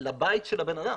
לבית של הבן-אדם,